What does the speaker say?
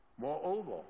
Moreover